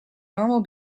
normal